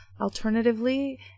Alternatively